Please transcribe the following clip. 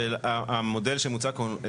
המודל שמוצג כאן,